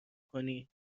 کنی